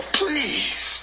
please